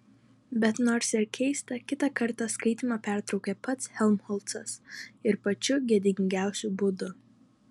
bet nors ir keista kitą kartą skaitymą pertraukė pats helmholcas ir pačiu gėdingiausiu būdu